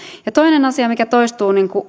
toinen asia joka toistuu